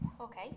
Okay